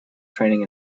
training